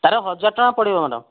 ତାର ହଜାର ଟଙ୍କା ପଡ଼ିବ ମ୍ୟାଡ଼ାମ୍